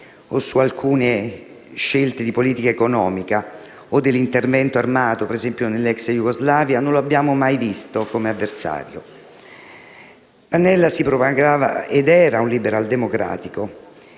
o su alcune scelte di politica economica o di intervento armato, per esempio, nell'ex Jugoslavia - non lo abbiamo mai visto come avversario. Pannella si proclamava ed era un liberal-democratico